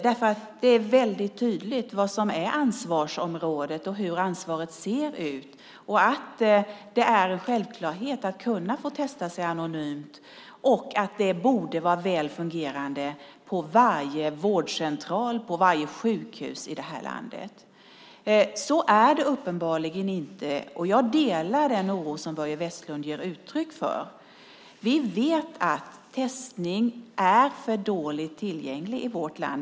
Det är väldigt tydligt vad som är ansvarsområdet, hur ansvaret ser ut, att det är en självklarhet att få testa sig anonymt och att det borde vara väl fungerande på varje vårdcentral och varje sjukhus i det här landet. Så är det uppenbarligen inte, och jag delar den oro som Börje Vestlund ger uttryck för. Vi vet att det är för dålig tillgång till testning i vårt land.